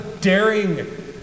daring